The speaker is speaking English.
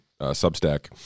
substack